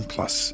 Plus